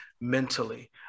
mentally